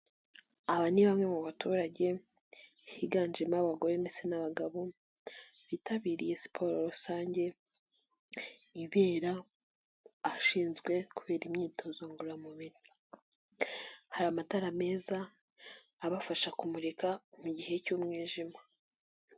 Aba ni bamwe mu baturage higanjemo abagore ndetse n'abagabo ,bitabiriye siporo rusange ibera ahashinzwe kubera imyitozo ngororamubiri. Hari amatara meza abafasha kumurika mu gihe cy'umwijima.